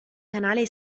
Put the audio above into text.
canale